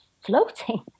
floating